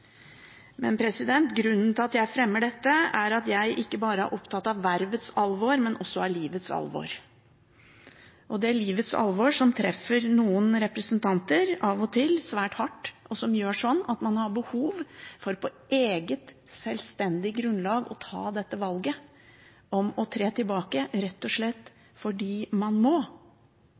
Men grunnen til at jeg fremmer dette, er at jeg ikke bare er opptatt av vervets alvor, men også av livets alvor – det livets alvor som treffer noen representanter av og til svært hardt, og som gjør at man har behov for på eget sjølstendig grunnlag å ta dette valget om å tre tilbake, rett og slett fordi man må.